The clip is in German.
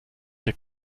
der